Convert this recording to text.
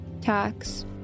tax